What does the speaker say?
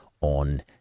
on